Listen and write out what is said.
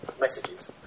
messages